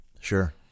Sure